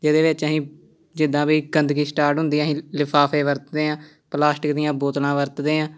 ਜਿਹਦੇ ਵਿੱਚ ਅਸੀਂ ਜਿੱਦਾਂ ਵੀ ਗੰਦਗੀ ਸਟਾਰਟ ਹੁੰਦੀ ਆ ਅਸੀਂ ਲਿਫ਼ਾਫ਼ੇ ਵਰਤਦੇ ਹਾਂ ਪਲਾਸਟਿਕ ਦੀਆਂ ਬੋਤਲਾਂ ਵਰਤਦੇ ਹਾਂ